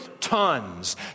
tons